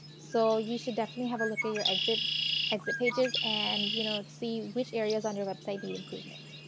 so, you should definitely have a look at your exit exit pages and you know see which areas on your website need improvement.